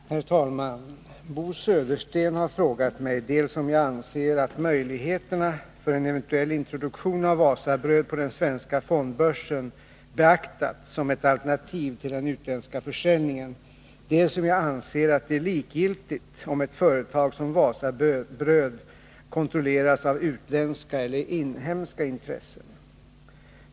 Herr talman! Bo Södersten har frågat mig dels om jag anser att möjligheterna för en eventuell introduktion av Wasabröd på den svenska fondbörsen beaktats som ett alternativ till den utländska försäljningen, dels om jag anser att det är likgiltigt om ett företag som Wasabröd kontrolleras av utländska eller inhemska intressen.